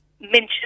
mention